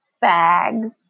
bags